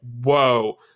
Whoa